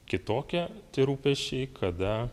kitokie tie rūpesčiai kada